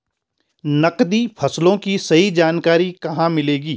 नकदी फसलों की सही जानकारी कहाँ मिलेगी?